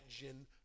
imagine